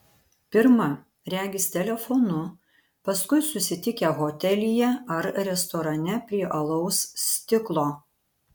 pirma regis telefonu paskui susitikę hotelyje ar restorane prie alaus stiklo